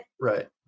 Right